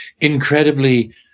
incredibly